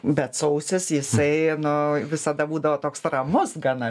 bet sausis jisai nu visada būdavo toks ramus gana